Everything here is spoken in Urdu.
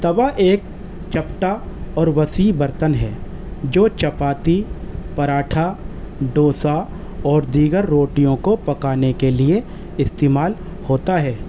توا ایک چپٹا اور وسیع برتن ہے جو چپاتی پراٹھا ڈوسا اور دیگر روٹیوں کو پکانے کے لیے استعمال ہوتا ہے